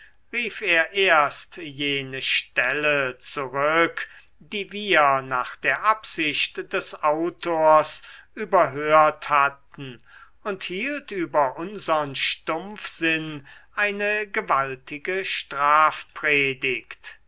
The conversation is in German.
rief er erst jene stelle zurück die wir nach der absicht des autors überhört hatten und hielt über unsern stumpfsinn eine gewaltige